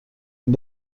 این